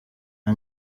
nta